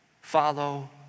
Follow